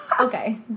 okay